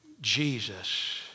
Jesus